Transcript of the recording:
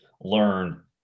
learn